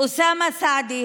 אוסאמה סעדי,